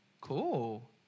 Cool